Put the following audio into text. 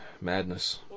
madness